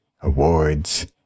awards